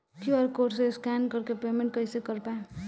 QR code से scan कर के पेमेंट कइसे कर पाएम?